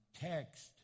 text